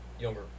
younger